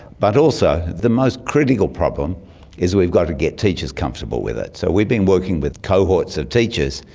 but also the most critical problem is we've got to get teachers comfortable with it. so we've been working with cohorts of teachers,